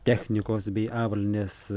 technikos bei avalynės